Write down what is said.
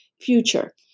future